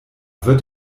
wird